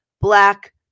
black